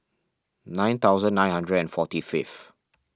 nine thousand nine hundred and forty fifth